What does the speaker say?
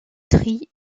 trie